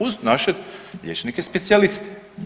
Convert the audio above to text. Uz naše liječnike specijaliste.